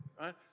right